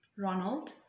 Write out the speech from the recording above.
Ronald